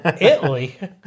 Italy